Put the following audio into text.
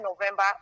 November